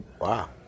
Wow